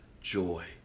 joy